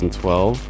2012